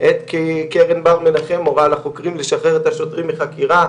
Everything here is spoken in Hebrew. עת קרן בר מנחם מורה לחוקרים לשחרר את השוטרים מחקירה,